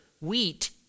wheat